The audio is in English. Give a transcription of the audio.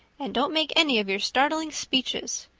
and don't make any of your startling speeches.